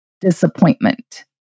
disappointment